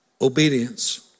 obedience